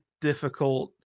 difficult